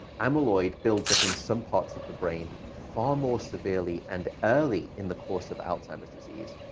amyloid builds up in some parts of the brain far more severely and early in the course of alzheimer's disease.